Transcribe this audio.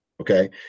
Okay